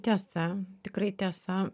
tiesa tikrai tiesa